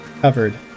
Covered